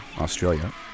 Australia